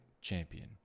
champion